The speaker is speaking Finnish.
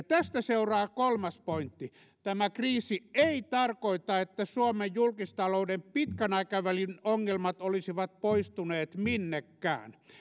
tästä seuraa kolmas pointti tämä kriisi ei tarkoita että suomen julkistalouden pitkän aikavälin ongelmat olisivat poistuneet minnekään